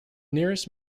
nearest